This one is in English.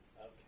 Okay